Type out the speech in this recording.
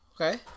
Okay